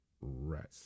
rest